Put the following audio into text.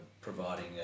providing